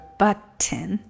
button 。